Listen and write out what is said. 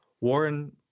Warren